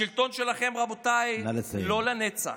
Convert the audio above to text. השלטון שלכם, רבותיי, הוא לא לנצח.